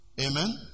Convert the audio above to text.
Amen